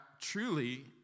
truly